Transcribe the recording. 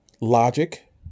logic